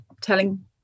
telling